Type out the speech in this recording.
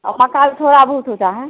और मकाल थोड़ा बहुत होता है